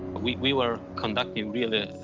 we, we were conducting really,